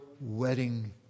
wedding